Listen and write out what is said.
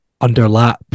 underlap